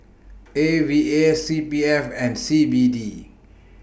A V A C P F and C B D